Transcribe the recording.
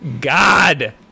god